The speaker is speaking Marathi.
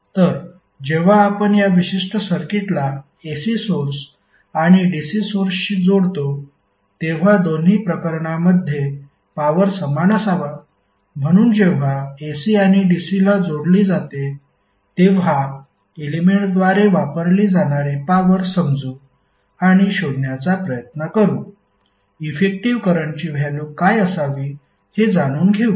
तर जेव्हा आपण या विशिष्ट सर्किटला AC सोर्स आणि DC सोर्सशी जोडतो तेव्हा दोन्ही प्रकरणांमध्ये पॉवर समान असावा म्हणून जेव्हा AC आणि DC ला जोडली जाते तेव्हा एलेमेंट्सद्वारे वापरली जाणारी पॉवर समजू आणि शोधण्याचा प्रयत्न करू इफेक्टिव्ह करंटची व्हॅल्यु काय असावी हे जाणून घेऊ